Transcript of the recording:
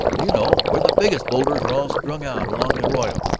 you know where the biggest boulders are all strung out along the arroyo?